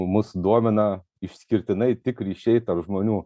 mus domina išskirtinai tik ryšiai tarp žmonių